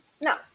No